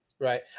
Right